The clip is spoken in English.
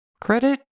credit